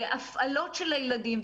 בהפעלות של הילדים,